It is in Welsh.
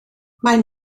maen